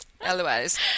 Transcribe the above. Otherwise